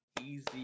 Easy